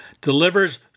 delivers